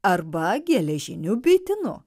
arba geležiniu bitinu